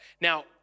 Now